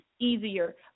easier